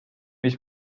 mis